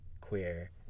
queer